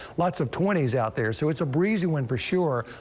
lots of twenty s out there. so it's a breezy one for sure.